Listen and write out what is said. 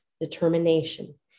Determination